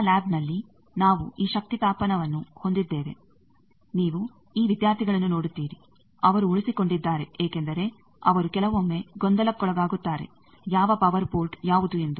ನಮ್ಮ ಲ್ಯಾಬ್ನಲ್ಲಿ ನಾವು ಈ ಶಕ್ತಿ ತಾಪನವನ್ನು ಹೊಂದಿದ್ದೇವೆ ನೀವು ಈ ವಿದ್ಯಾರ್ಥಿಗಳನ್ನು ನೋಡುತ್ತೀರಿ ಅವರು ಉಳಿಸಿಕೊಂಡಿದ್ದಾರೆ ಏಕೆಂದರೆ ಅವರು ಕೆಲವೊಮ್ಮೆ ಗೊಂದಲಕ್ಕೊಳಗಾಗುತ್ತಾರೆ ಯಾವ ಪವರ್ ಪೋರ್ಟ್ ಯಾವುದು ಎಂದು